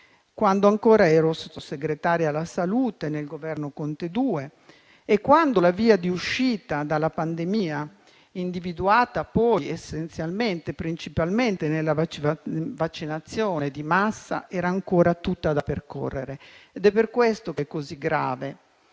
quando ancora ero Sottosegretaria alla salute nel Governo Conte II e quando la via di uscita dalla pandemia, individuata poi essenzialmente e principalmente nella vaccinazione di massa, era ancora tutta da percorrere. È per questo che è così grave